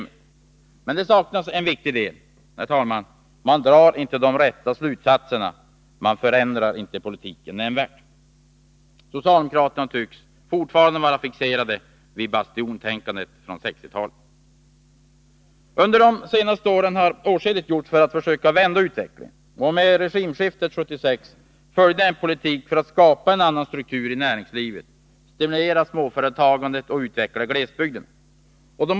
Men, herr talman, det saknas en viktig del: man drar inte de rätta slutsatserna och man förändrar inte politiken nämnvärt. Socialdemokratin tycks fortfarande vara fixerad vid bastiontänkandet från 1960-talet. Under de senaste åren har åtskilligt gjorts för att försöka vända utvecklingen. Med regimskiftet 1976 följde en politik för att skapa en annan struktur i näringslivet, stimulera småföretagandet och utveckla glesbygderna.